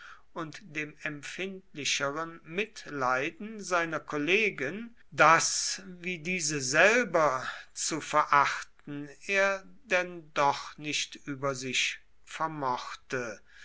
und dem empfindlicheren mitleiden seiner kollegen das wie diese selber zu verachten er denn doch nicht über sich vermochte